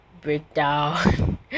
breakdown